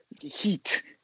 heat